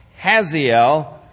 Haziel